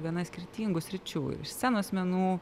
gana skirtingų sričių iš scenos menų